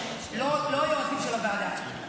לא היועצים של הוועדה.